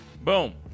Boom